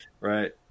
right